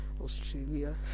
Australia